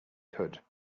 could